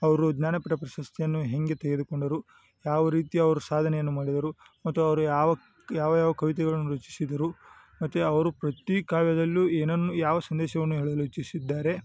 ಅವ್ರು ಜ್ಞಾನಪೀಠ ಪ್ರಶಸ್ತಿಯನ್ನು ಹೇಗೆ ತೆಗೆದುಕೊಂಡರು ಯಾವ ರೀತಿ ಅವ್ರ ಸಾಧನೆಯನ್ನು ಮಾಡಿದರು ಮತ್ತು ಅವರು ಯಾವಕ್ ಯಾವ ಯಾವ ಕವಿತೆಗಳನ್ನು ರಚಿಸಿದರು ಮತ್ತು ಅವರು ಪ್ರತಿ ಕಾವ್ಯದಲ್ಲೂ ಏನನ್ನು ಯಾವ ಸಂದೇಶವನ್ನು ಹೇಳಲು ಇಚ್ಛಿಸಿದ್ದಾರೆ